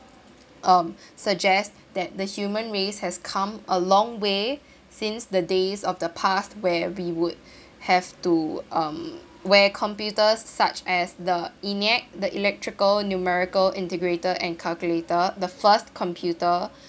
um suggests that the human race has come a long way since the days of the past where we would have to um where computers such as the ENIAC the electrical numerical integrator and calculator the first computer